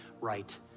right